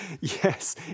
Yes